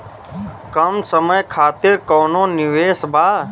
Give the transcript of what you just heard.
कम समय खातिर कौनो निवेश बा?